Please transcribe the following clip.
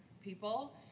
people